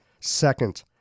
Second